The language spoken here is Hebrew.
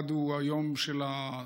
אחד הוא היום של התעשייה,